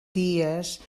dies